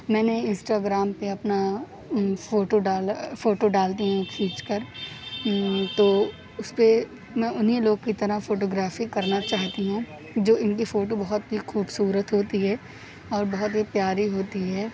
میں نے انسٹاگرام پہ اپنا فوٹو ڈالا فوٹو ڈال دیے ہیں کھینچ کر تو اس پہ میں انہیں لوگ کی طرح فوٹوگرافی کرنا چاہتی ہوں جو ان کی فوٹو بہت ہی خوبصورت ہوتی ہے اور بہت ہی پیاری ہوتی ہے